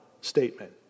statement